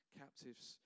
captives